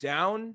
Down